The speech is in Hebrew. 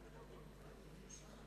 נציבות שוויון זכויות, לא נתקבלה.